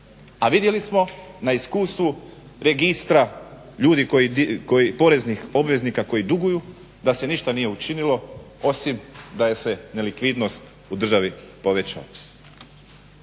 A vidjeli smo na iskustvu registra, ljudi koji, poreznih obveznika koji duguju da se ništa nije učinilo osim da se nelikvidnost u državi povećala.